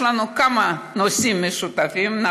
יש לנו כמה נושאים משותפים,